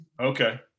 Okay